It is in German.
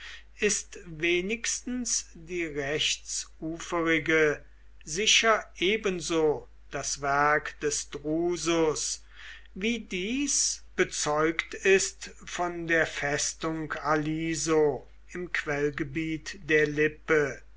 ist wenigstens die rechtsuferige sicher ebenso das werk des drusus wie dies bezeugt ist von der festung aliso im quellgebiet der lippe